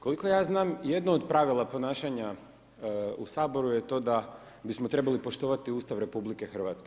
Koliko ja znam jedno od pravila ponašanja u Saboru je to da bismo trebali poštovati Ustav RH.